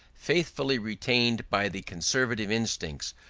faithfully retained by the conservative instincts,